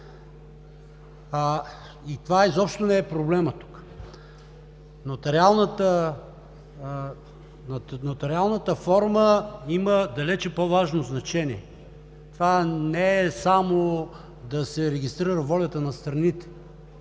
и това изобщо не е проблемът тук. Нотариалната форма има далеч по-важно значение. Това не е само да се регистрира волята на страните.